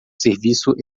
serviço